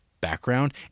background